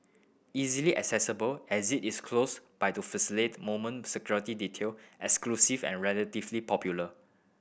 easily accessible exit is close by to facilitate moment security detail exclusive and relatively popular